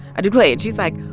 i declare. she's, like,